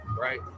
right